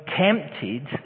tempted